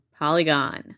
polygon